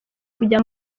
kujya